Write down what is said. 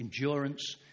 endurance